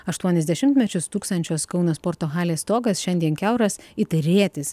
aštuonis dešimtmečius stūksančios kauno sporto halės stogas šiandien kiauras it rėtis